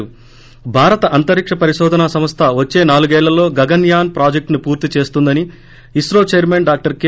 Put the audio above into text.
ి భారత అంతరిక్ష పరిశోధన సంస్ద వచ్చే నాలుగేళ్లలో గగస్ యాస్ ప్రాజెక్షును పూర్తి చేస్తుందని ఇస్రో చైర్మన్ డాక్టర్ కె